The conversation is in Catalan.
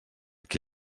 qui